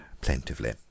plaintively